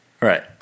right